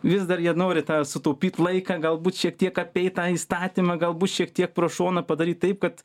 vis dar jie nori tą sutaupyt laiką galbūt šiek tiek apeit tą įstatymą galbūt šiek tiek pro šoną padaryt taip kad